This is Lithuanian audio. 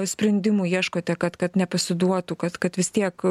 sprendimų ieškote kad kad nepasiduotų kad kad vis tiek